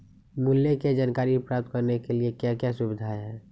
मूल्य के जानकारी प्राप्त करने के लिए क्या क्या सुविधाएं है?